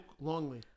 Longley